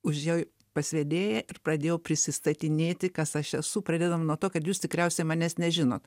užėjau pas vedėją ir pradėjau prisistatinėti kas aš esu pradedam nuo to kad jūs tikriausiai manęs nežinot